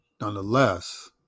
Nonetheless